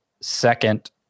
second